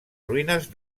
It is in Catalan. ruïnes